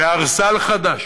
וערסל חדש